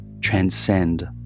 transcend